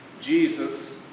Jesus